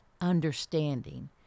understanding